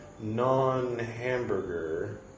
non-hamburger